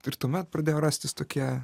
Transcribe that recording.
tik tuomet pradėjo rastis tokie